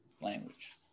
language